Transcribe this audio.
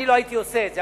אני לא הייתי עושה את זה,